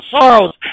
sorrows